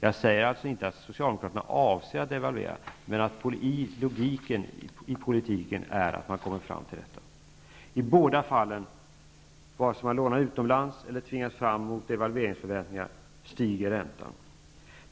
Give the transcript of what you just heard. Jag menar alltså inte att Socialdemokraterna avser att devalvera, men att logiken i deras politik leder fram till en devalvering. Vare sig man lånar utomlands eller tvingas fram mot devalveringsförväntningar kommmer räntan att stiga.